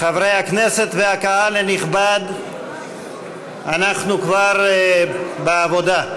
חברי הכנסת וקהל נכבד, אנחנו כבר בעבודה.